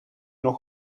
nog